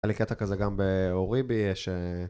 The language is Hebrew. היה לי קטע כזה גם באוריבי, יש אה...